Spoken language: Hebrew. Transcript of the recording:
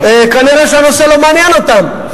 כנראה הנושא לא מעניין אותם,